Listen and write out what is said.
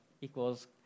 equals